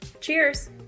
Cheers